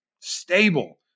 stable